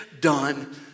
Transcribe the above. done